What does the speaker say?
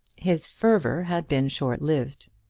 his fervour had been short-lived.